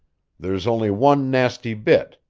there's only one nasty bit.